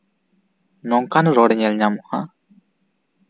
ᱱᱚᱝᱠᱟᱱ ᱨᱚᱲ ᱧᱮᱞ ᱧᱟᱢᱚᱜᱼᱟ